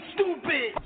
Stupid